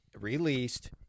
released